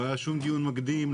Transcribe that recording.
לא היה שום דיון מקדים,